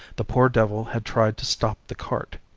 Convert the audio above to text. the poor devil had tried to stop the cart.